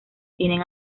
tienen